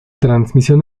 transmisión